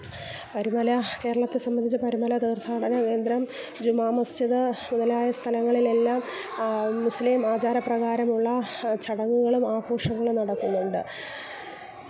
പരുമല കേരളത്തെ സംബന്ധിച്ച് പരുമല തീര്ത്ഥാടന കേന്ദ്രം ജുമാമസ്ജിദ് മുതലായ സ്ഥലങ്ങളിലെല്ലാം മുസ്ലീം ആചാരപ്രകാരമുള്ള ചടങ്ങുകളും ആഘോഷങ്ങളും നടക്കുന്നുണ്ട്